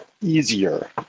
easier